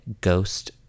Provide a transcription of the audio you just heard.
ghost